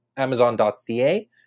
Amazon.ca